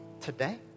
Today